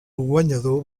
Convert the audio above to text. guanyador